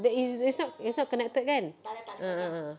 the is is not is not connected kan ah ah ah ah